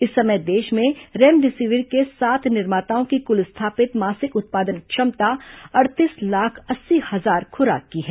इस समय देश में रेमडेसिविर के सात निर्माताओं की कुल स्थापित मासिक उत्पादन क्षमता अड़तीस लाख अस्सी हजार खुराक की है